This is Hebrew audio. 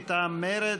מטעם מרצ,